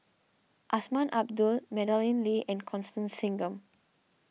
Azman Abdullah Madeleine Lee and Constance Singam